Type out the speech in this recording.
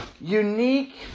unique